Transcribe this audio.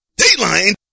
Dateline